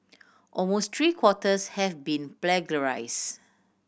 almost three quarters has been plagiarise